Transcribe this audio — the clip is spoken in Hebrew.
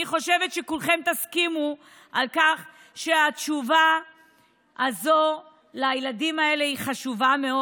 אני חושבת שכולכם תסכימו על כך שהתשובה הזו לילדים האלה היא חשובה מאוד.